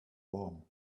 warm